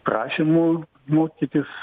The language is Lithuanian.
prašymų mokytis